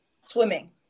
Swimming